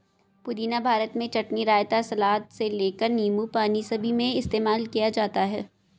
पुदीना भारत में चटनी, रायता, सलाद से लेकर नींबू पानी सभी में इस्तेमाल किया जाता है